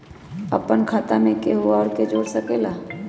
अपन खाता मे केहु आर के जोड़ सके ला?